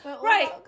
Right